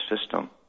system